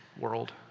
world